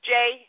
Jay